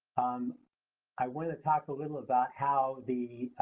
um i wanted to talk a little about how the